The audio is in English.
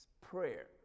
prayer